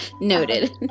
noted